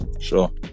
sure